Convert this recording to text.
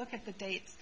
look at the dates